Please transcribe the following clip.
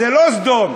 זה לא סדום,